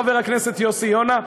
חבר הכנסת יוסי יונה,